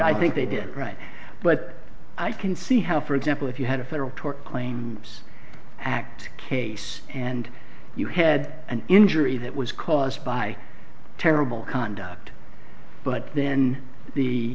i think they did right but i can see how for example if you had a federal tort claims act case and you had an injury that was caused by terrible conduct but then the